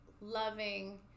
loving